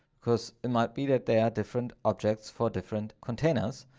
because it might be that they are different objects for different containers.